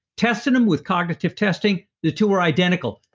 tested them with cognitive testing, the two were identical.